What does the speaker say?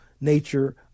nature